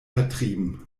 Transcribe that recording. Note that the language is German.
vertrieben